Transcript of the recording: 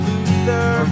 Luther